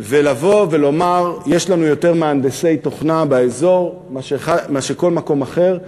ולבוא ולומר: יש לנו יותר מהנדסי תוכנה באזור מאשר בכל מקום אחר,